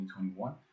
2021